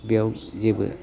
बेयाव जेबो